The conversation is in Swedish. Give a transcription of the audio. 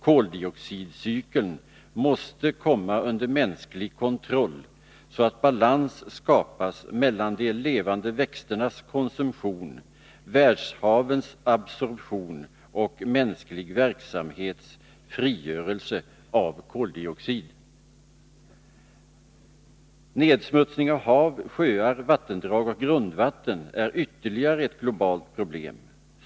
Koldioxidcykeln måste komma under mänsklig kontroll, så att balans skapas mellan de levande växternas konsumtion, världshavens absorption och mänsklig verksamhets frigörande av koldioxid. Nedsmutsningen av hav, sjöar, vattendrag och grundvatten är ytterligare ett globalt problem.